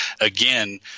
Again